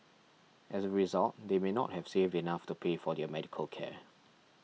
as a result they may not have saved enough to pay for their medical care